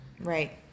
Right